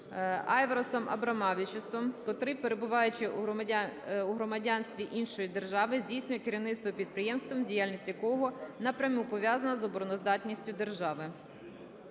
Айварасом Абромавичусом, котрий, перебуваючи у громадянстві іншої держави, здійснює керівництво підприємством, діяльність якого напряму пов'язана з обороноздатністю держави.